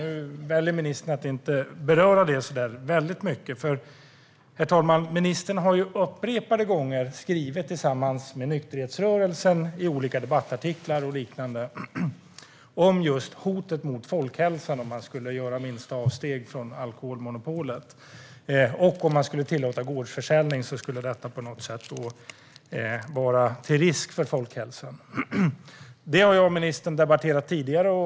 Nu väljer ministern att inte beröra det så väldigt mycket. Ministern har upprepade gånger skrivit tillsammans med nykterhetsrörelsen i olika debattartiklar och liknande om just hotet mot folkhälsan om man skulle göra minsta avsteg från alkoholmonopolet. Om man skulle tillåta gårdsförsäljning skulle detta på något sätt vara till risk för folkhälsan. Det har jag och ministern debatterat tidigare.